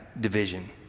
division